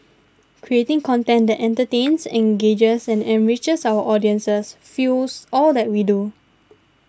creating content that entertains engages and enriches our audiences fuels all that we do